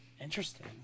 interesting